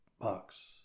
box